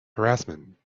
harassment